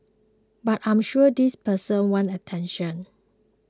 but I'm sure these people want attention